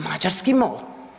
Mađarski MOL.